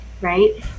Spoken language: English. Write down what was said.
right